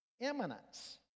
eminence